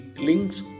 links